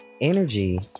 energy